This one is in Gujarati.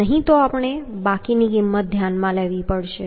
નહીં તો આપણે બાકીની કિંમત ધ્યાનમાં લેવી પડશે